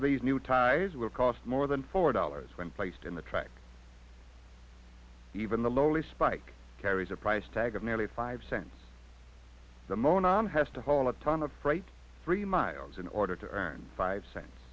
of these new tires will cost more than four dollars when placed in the track even the lowly spike carries a price tag of nearly five cents the mon on has to haul a ton of freight three miles in order to earn five cents